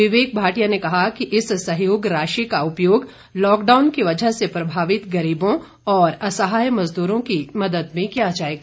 विवेक भाटिया ने कहा कि इस सहयोग राशि का उपयोग लॉकडाऊन की वजह से प्रभावित गरीबों और असहाय मजदूरों की मदद में किया जाएगा